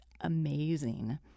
amazing